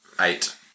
Eight